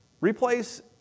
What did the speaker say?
Replace